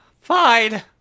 Fine